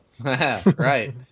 right